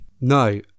No